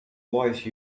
voice